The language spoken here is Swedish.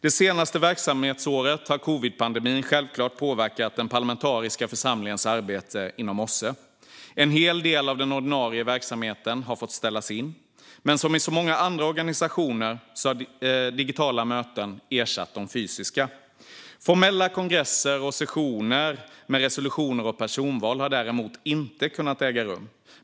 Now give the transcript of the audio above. Det senaste verksamhetsåret har covidpandemin självklart påverkat den parlamentariska församlingens arbete inom OSSE. En hel del av den ordinarie verksamheten har fått ställas in. Men som i så många andra organisationer har digitala möten ersatt de fysiska. Formella kongresser och sessioner med resolutioner och personval har däremot inte kunnat äga rum.